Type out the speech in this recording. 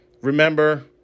Remember